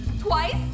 twice